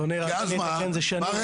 כי אז מה?